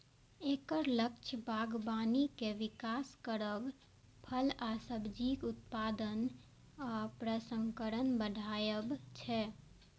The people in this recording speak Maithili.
एकर लक्ष्य बागबानी के विकास करब, फल आ सब्जीक उत्पादन आ प्रसंस्करण बढ़ायब छै